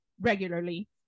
regularly